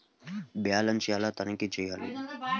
Balance ఎలా తనిఖీ చేయాలి?